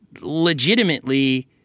legitimately